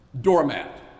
doormat